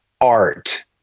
art